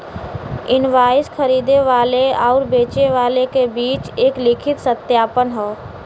invoice खरीदे वाले आउर बेचे वाले क बीच एक लिखित सत्यापन हौ